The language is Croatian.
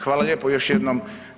Hvala lijepo još jednom.